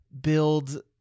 build